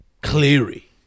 cleary